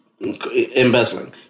Embezzling